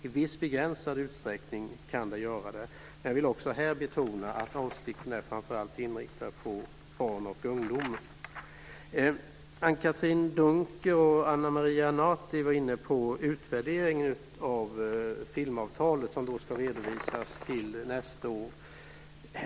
I viss begränsad utsträckning kan det göra det. Men jag vill också här betona att avsikten är att man framför allt ska rikta in sig på barn och ungdomar. Anne-Katrine Dunker och Ana Maria Narti var inne på utvärdering av filmavtalet som ska redovisas nästa år.